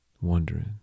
wondering